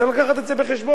צריך להביא את זה בחשבון.